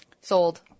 Sold